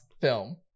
film